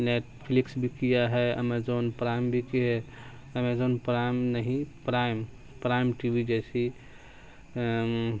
net flicks بھی کیا ہے ایمیزون پرائم بھی کی ہے ایمیزون پرائم نہیں پرائم پرائم ٹی وی جیسی